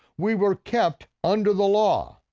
we were kept under the law.